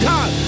God